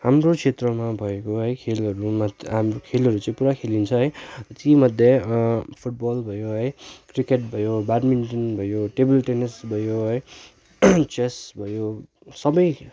हाम्रो क्षेत्रमा भएको है खेलहरू मध्ये हाम्रो खेलहरू चाहिँ पुरा खेलिन्छ है तीमध्ये फुटबल भयो है क्रिकेट भयो ब्यडमिन्टन भयो टेबल टेनिस भयो है चेस भयो सबै